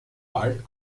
bald